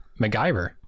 MacGyver